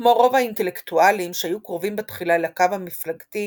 כמו רוב האינטלקטואלים שהיו קרובים בתחילה לקו המפלגתי,